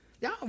Y'all